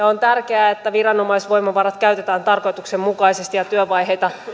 on tärkeää että viranomaisvoimavarat käytetään tarkoituksenmukaisesti ja työvaiheita